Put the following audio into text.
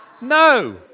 No